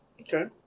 Okay